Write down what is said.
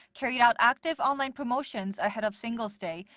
carried out active online promotions ahead of singles' day,